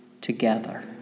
together